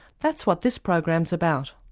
that's what this program's about.